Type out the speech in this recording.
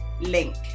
link